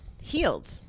healed